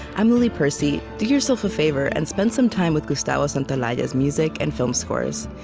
i'm lily percy, do yourself a favor and spend some time with gustavo santaoalla's music and film scores.